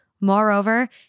Moreover